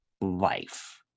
life